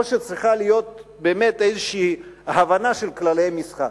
או שצריכה להיות באמת איזו הבנה של כללי משחק.